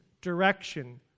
direction